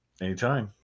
Anytime